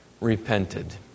repented